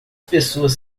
pessoas